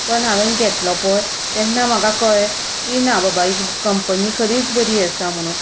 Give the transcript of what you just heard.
पूण हांवें घेतलो पळय तेन्ना म्हाका कळ्ळें की ना बाबा कंपनी खरीच बरी आसा म्हूण